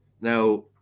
Now